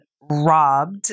robbed